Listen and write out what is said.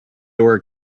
were